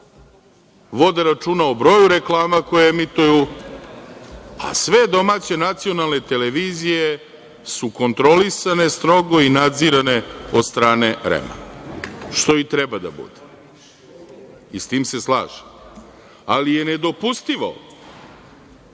vode računa o broju reklama koje emituju, a sve domaće nacionalne televizije su kontrolisane strogo i nadzirane od strane REM, što i treba da bude, i s tim se slažem. Ali, nedopustivo